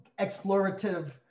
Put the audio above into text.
explorative